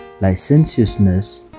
licentiousness